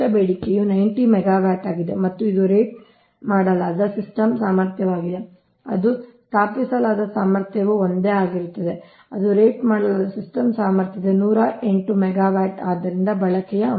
ಗರಿಷ್ಠ ಬೇಡಿಕೆಯು 90 ಮೆಗಾವ್ಯಾಟ್ ಆಗಿದೆ ಮತ್ತು ಇದು ರೇಟ್ ಮಾಡಲಾದ ಸಿಸ್ಟಮ್ ಸಾಮರ್ಥ್ಯವಾಗಿದೆ ಅದು ಸ್ಥಾಪಿಸಲಾದ ಸಾಮರ್ಥ್ಯವು ಒಂದೇ ಆಗಿರುತ್ತದೆ ಅದು ರೇಟ್ ಮಾಡಲಾದ ಸಿಸ್ಟಮ್ ಸಾಮರ್ಥ್ಯ 108 ಮೆಗಾವ್ಯಾಟ್ ಆದ್ದರಿಂದ ಬಳಕೆಯ ಅಂಶವಾಗಿದೆ